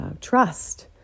trust